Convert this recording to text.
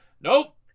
Nope